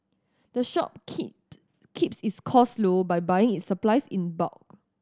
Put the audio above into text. the shop keep keeps its costs low by buying its supplies in bulk